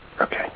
Okay